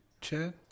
Chad